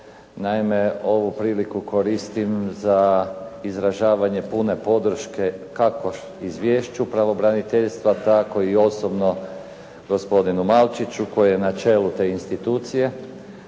Naime, ovu priliku koristim za izražavanje pune podrške kako izvješću pravobraniteljstva tako i o gospodinu Malčiću koji je na čelu te institucije